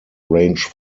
range